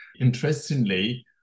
Interestingly